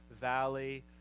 valley